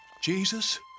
Jesus